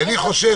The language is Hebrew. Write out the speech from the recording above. אני חושש